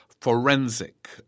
forensic